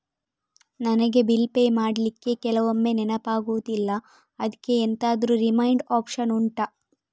ನನಗೆ bill pay ಮಾಡ್ಲಿಕ್ಕೆ ಕೆಲವೊಮ್ಮೆ ನೆನಪಾಗುದಿಲ್ಲ ಅದ್ಕೆ ಎಂತಾದ್ರೂ ರಿಮೈಂಡ್ ಒಪ್ಶನ್ ಉಂಟಾ